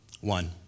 one